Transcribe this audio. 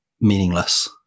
meaningless